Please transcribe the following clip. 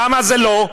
למה זה לא?